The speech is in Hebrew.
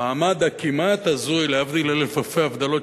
המעמד הכמעט-הזוי להבדיל אלף אלפי הבדלות,